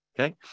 Okay